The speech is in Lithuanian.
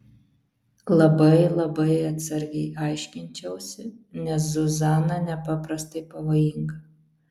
labai labai atsargiai aiškinčiausi nes zuzana nepaprastai pavojinga